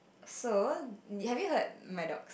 so have you heard my dog's